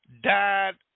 died